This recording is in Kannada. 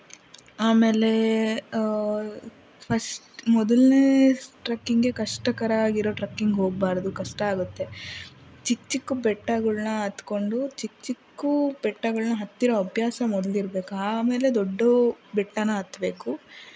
ಆಮೇಲೆ ಫಸ್ಟ್ ಮೊದಲನೇ ಟ್ರಕ್ಕಿಂಗೇ ಕಷ್ಟಕರ ಆಗಿರೋ ಟ್ರಕ್ಕಿಂಗ್ ಹೋಗ್ಬಾರ್ದು ಕಷ್ಟ ಆಗುತ್ತೆ ಚಿಕ್ಕ ಚಿಕ್ಕ ಬೆಟ್ಟಗಳನ್ನ ಹತ್ತಿಕೊಂಡು ಚಿಕ್ಕ ಚಿಕ್ಕ ಬೆಟ್ಟಗಳನ್ನ ಹತ್ತಿರೋ ಅಭ್ಯಾಸ ಮೊದಲಿರ್ಬೇಕು ಆಮೇಲೆ ದೊಡ್ದ ಬೆಟ್ಟಾನ ಹತ್ತಬೇಕು